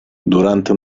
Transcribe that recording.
durante